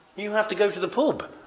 you have to go to the pub.